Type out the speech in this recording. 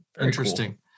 Interesting